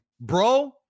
bro